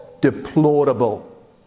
deplorable